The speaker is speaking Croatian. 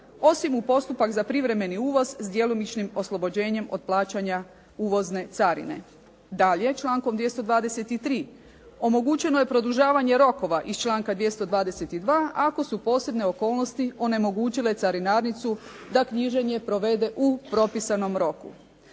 osim u postupak za privremeni uvoz s djelomičnim oslobođenjem od plaćanja uvozne carine. Dalje, člankom 223. omogućeno je produžavanje rokova iz članka 222. ako su posebne okolnosti onemogućile carinarnicu da knjiženje provede u propisanom roku.